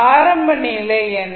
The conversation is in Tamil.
ஆரம்ப நிலை என்ன